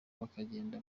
bakagenda